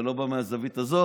אתה לא בא מהזווית הזאת.